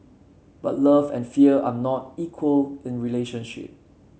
but love and fear are not equal in relationship